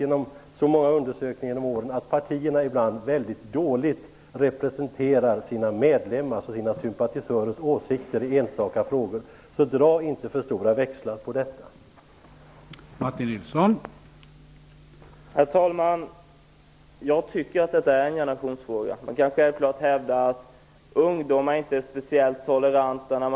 Efter många undersökningar genom åren vet vi att partierna ibland mycket dåligt representerar sina medlemmars och sympatisörers åsikter i enstaka frågor. Dra inte för stora växlar på opinionsundersökningar, Martin Nilsson.